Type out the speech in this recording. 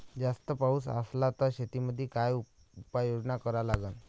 जास्त पाऊस असला त शेतीमंदी काय उपाययोजना करा लागन?